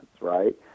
right